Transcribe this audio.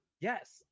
Yes